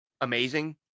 amazing